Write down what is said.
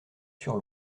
sur